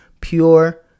pure